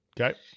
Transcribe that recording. Okay